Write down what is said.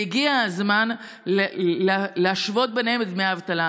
והגיע הזמן להשוות ביניהם את דמי האבטלה.